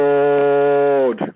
Lord